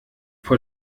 vor